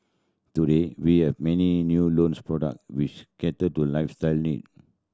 today we have many new loans product which cater to lifestyle need